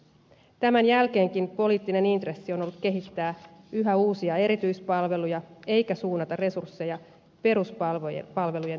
tämän jälkeenkin poliittinen intressi on ollut kehittää yhä uusia erityispalveluja eikä suunnata resursseja peruspalvelujen tehostamiseen